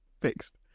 Fixed